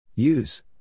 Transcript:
Use